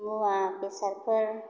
मुवा बेसादफोर